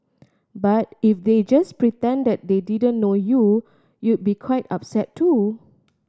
but if they just pretended they didn't know you you be quite upset too